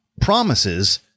promises